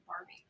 Barbie